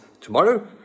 tomorrow